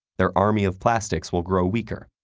their army of plastics will grow weaker,